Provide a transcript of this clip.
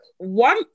One